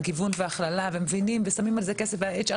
הגיוון וההכללה ומבינים ושמים על זה כסף וה-HR